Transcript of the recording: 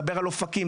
אופקים,